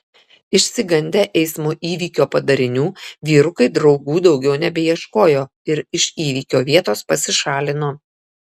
išsigandę eismo įvykio padarinių vyrukai draugų daugiau nebeieškojo ir iš įvykio vietos pasišalino